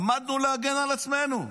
עמדנו להגן על עצמנו.